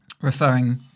referring